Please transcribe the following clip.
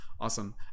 awesome